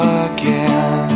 again